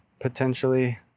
potentially